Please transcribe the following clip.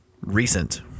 recent